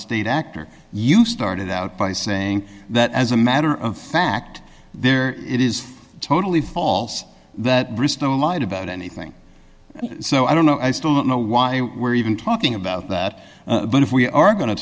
state actor you started out by saying that as a matter of fact there it is totally false that bristow lied about anything so i don't know i still don't know why we're even talking about that but if we are going to